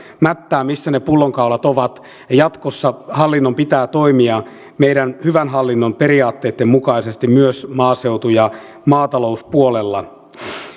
mättää missä ne pullonkaulat ovat jatkossa hallinnon pitää toimia meidän hyvän hallinnon periaatteitten mukaisesti myös maaseutu ja maatalouspuolella